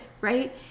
right